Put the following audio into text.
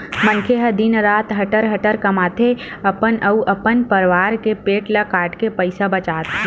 मनखे ह दिन रात हटर हटर कमाथे, अपन अउ अपन परवार के पेट ल काटके पइसा बचाथे